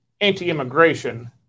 anti-immigration